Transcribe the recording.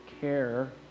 care